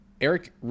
Eric